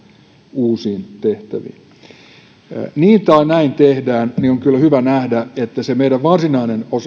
uusiin tehtäviin niin tai näin tehdään on kyllä hyvä nähdä että se meidän varsinainen